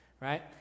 right